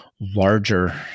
larger